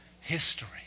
history